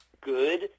good